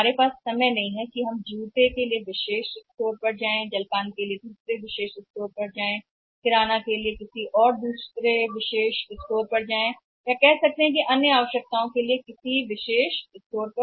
हमारे पास इसके लिए समय नहीं है जूते हम विशेष स्टोर में जा सकते हैं और जलपान के लिए हम दूसरे विशेष स्टोर में जा सकते हैं किराना हम किसी अन्य विशेष स्टोर में जा सकते हैं या कह सकते हैं कि अन्य आवश्यकताओं के लिए जाना और जाना है अनन्य स्टोर